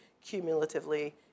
cumulatively